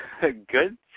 Good